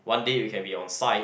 one day you can be on site